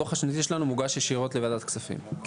הדו"ח השנתי שלנו מוגש ישירות לוועדת הכספים,